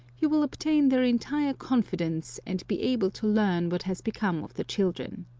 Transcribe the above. you will obtain their entire confidence, and be able to learn what has become of the children.